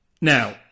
Now